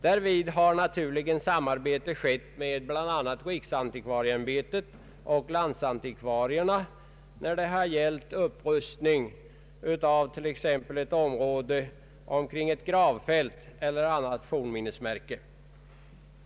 Därvid har naturligen samarbete skett med riksantikvarieämbetet och landsantikvarierna när det gällt upprustning av t.ex. ett område omkring ett gravfält eller ett annat fornminnesmärke.